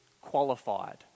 qualified